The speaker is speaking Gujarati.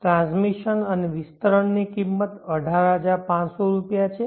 ટ્રાન્સમિશન અને વિતરણની કિંમત 18500 રૂપિયા છે